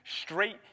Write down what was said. straight